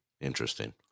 Interesting